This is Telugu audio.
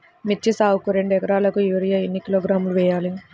మిర్చి సాగుకు రెండు ఏకరాలకు యూరియా ఏన్ని కిలోగ్రాములు వేయాలి?